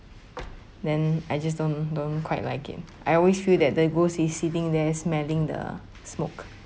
then I just don't don't quite like it I always feel that the ghost is sitting there smelling the smoke